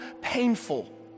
painful